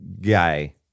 guy